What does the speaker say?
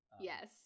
Yes